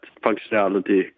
functionality